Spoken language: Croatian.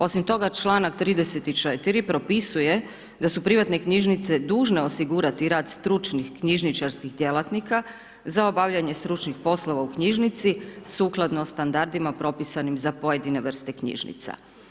Osim toga članak 34. propisuje da su privatne knjižnice dužne osigurati rad stručnih knjižničarskih djelatnika za obavljanje stručnih poslova u knjižnici sukladno standardima propisanim za pojedine vrste knjižnica.